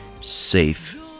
safe